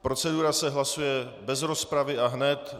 Procedura se hlasuje bez rozpravy a hned.